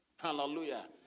Hallelujah